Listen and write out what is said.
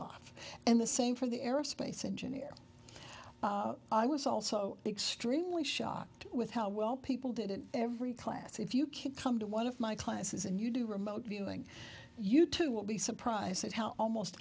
off and the same for the aerospace engineer i was also extremely shocked with how well people did in every class if you can come to one of my classes and you do remote viewing you too will be surprised at how almost